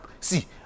see